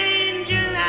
angel